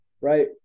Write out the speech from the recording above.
Right